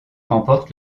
remporte